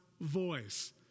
voice